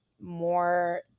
more